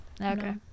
Okay